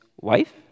wife